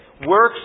Works